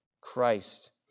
Christ